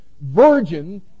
virgin